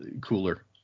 cooler